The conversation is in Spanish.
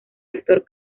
actor